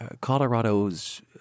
Colorado's